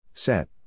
Set